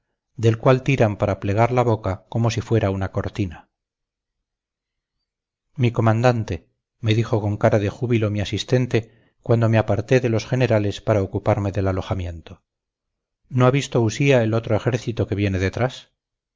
del cual tiran para plegar la boca como si fuera una cortina mi comandante me dijo con cara de júbilo mi asistente cuando me aparté de los generales para ocuparme del alojamiento no ha visto usía el otro ejército que viene detrás